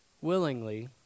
willingly